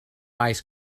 ice